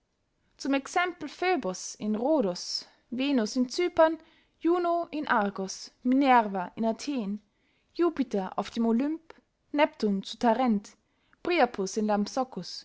zum exempel phöbus in rhodus venus in cypern juno in argos minerva in athen jupiter auf dem olymp neptun zu tarent